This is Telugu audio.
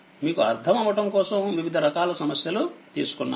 మీకు అర్ధం అవ్వటం కోసం వివిధ రకాల సమస్యలు తీసుకున్నాను